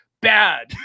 bad